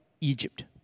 Egypt